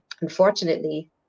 unfortunately